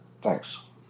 Thanks